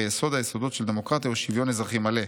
הרי יסוד-היסודות של דמוקרטיה הוא שוויון אזרחי מלא,